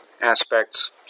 aspects